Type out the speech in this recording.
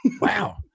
Wow